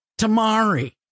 Tamari